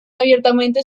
abiertamente